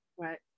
Right